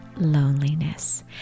loneliness